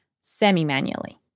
semi-manually